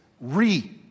re-